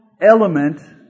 element